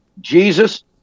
Jesus